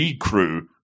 crew